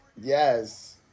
Yes